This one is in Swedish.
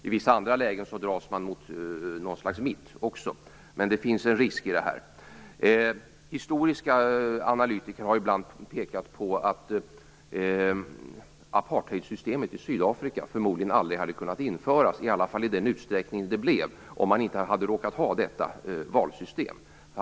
I vissa andra lägen blir det en dragning mot mitten. Det finns en risk. Historiska analyser har ibland pekat på att apartheidsystemet i Sydafrika förmodligen aldrig hade kunnat införas, i alla fall i den utsträckning det blev, om inte ett sådant valsystem hade existerat.